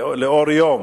לאור יום,